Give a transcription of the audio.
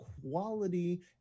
quality